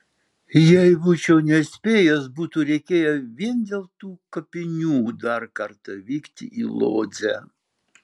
jei būčiau nespėjęs būtų reikėję vien dėl tų kapinių dar kartą vykti į lodzę